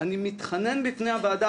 אני מתחנן בפני הוועדה,